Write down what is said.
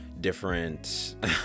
different